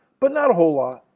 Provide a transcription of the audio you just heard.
but not a whole lot.